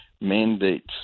mandates